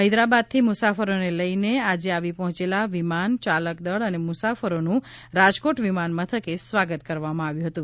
હૈદરાબાદથી મુસાફરોને લઇને આજે આવી પહોંચેલા વિમાન ચાલકદળ અને મુસાફરોનું રાજકોટ વિમાન મથકે સ્વાગત કરવામાં આવ્યું હતું